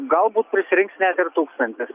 galbūt prisirinks net ir tūkstantis